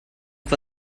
for